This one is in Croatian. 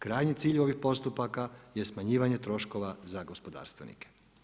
Krajnji cilj ovih postupaka je smanjivanje troškova za gospodarstvenike.